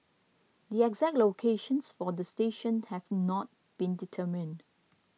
the exact locations for the station have not been determined